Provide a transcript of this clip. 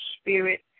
spirit